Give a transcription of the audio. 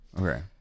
Okay